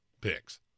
picks